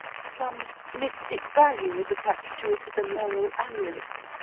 some mystic value is attached to it as a moral amulet.